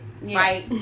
right